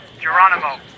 Geronimo